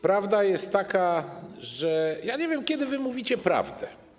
Prawda jest taka, że ja nie wiem, kiedy wy mówicie prawdę.